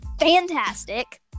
Fantastic